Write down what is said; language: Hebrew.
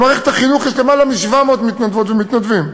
במערכת החינוך יש יותר מ-700 מתנדבות ומתנדבים.